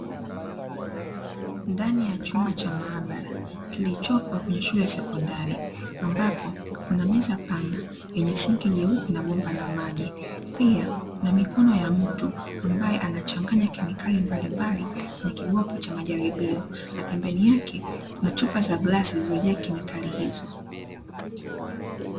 Ndani ya chumba cha maabara, kilichopo kwenye shule ya sekondari, ambapo kuna meza pana yenye sinki jeupe na bomba la maji. Pia kuna mikono ya mtu ambaye anachanganya kemikali mbalimbali kwenye kikopo cha majaribio. Na pembeni yake kuna chupa za glasi zilizojaa kemikali hizo.